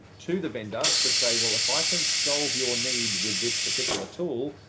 to the vendor to say, well, if i can solve your need with this particular tool,